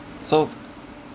so